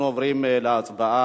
אבל אנחנו עוברים להצבעה.